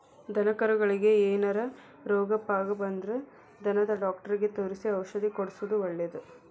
ದನಕರಗಳಿಗೆ ಏನಾರ ರೋಗ ಪಾಗ ಬಂದ್ರ ದನದ ಡಾಕ್ಟರಿಗೆ ತೋರಿಸಿ ಔಷಧ ಕೊಡ್ಸೋದು ಒಳ್ಳೆದ